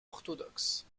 orthodoxe